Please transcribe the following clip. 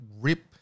rip